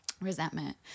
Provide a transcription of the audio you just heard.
resentment